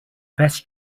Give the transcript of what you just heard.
best